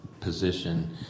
position